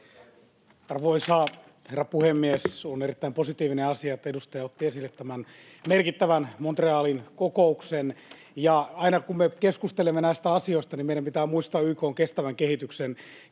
Arvoisa herra puhemies! On erittäin positiivinen asia, että edustaja otti esille tämän merkittävän Montrealin kokouksen. Aina kun me keskustelemme näistä asioista, meidän pitää muistaa YK:n kestävän kehityksen